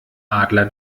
adler